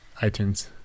iTunes